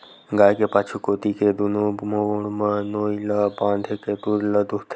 गाय के पाछू कोती के दूनो गोड़ म नोई ल बांधे के दूद ल दूहूथे